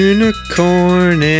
Unicorn